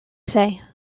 say